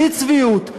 בלי צביעות,